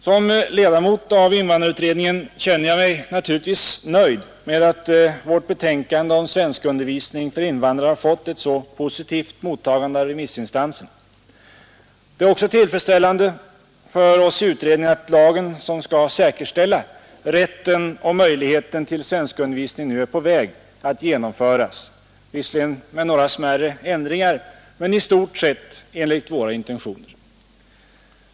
Som ledamot av invandrarutredningen känner jag mig naturligtvis nöjd med att vårt betänkande om svenskundervisning för invandrare har fått ett så positivt mottagande av remissinstanserna. Det är också tillfredsställande för oss i utredningen att den lag som skall säkerställa rätten och möjligheten till svenskundervisning nu är på väg att genomföras visserligen med några smärre ändringar men i stort sett enligt våra intentioner.